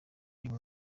uyu